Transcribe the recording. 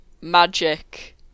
magic